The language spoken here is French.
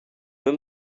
peux